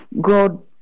God